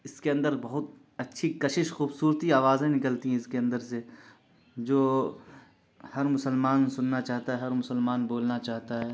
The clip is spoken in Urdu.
اس کے اندر بہت اچھی کشش خوبصورتی آوازیں نکلتی ہیں اس کے اندر سے جو ہر مسلمان سننا چاہتا ہے ہر مسلمان بولنا چاہتا ہے